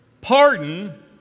Pardon